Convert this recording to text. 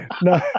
no